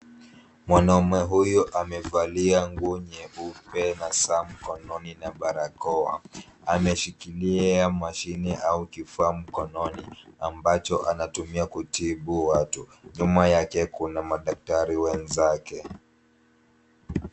Mwanaume huyu amevalia nguo nyeupe na saa mkononi na barakoa. Ameshikilia mashine au kifaa mkononi ambacho anatumia kutibu watu. Nyuma yake kuna madaktari wenzake.